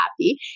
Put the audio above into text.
happy